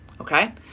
okay